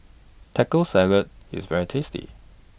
Taco Salad IS very tasty